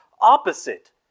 opposite